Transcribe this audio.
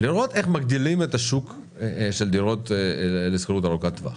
לראות איך מגדילים את השוק של דירות לשכירות ארוכת טווח,